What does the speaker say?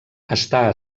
està